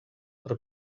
per